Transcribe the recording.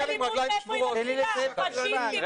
מותר לו להגיד הכול ואחר כך הוא שואל אם זה ועדת חינוך.